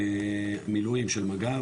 מילואים של מג"ב,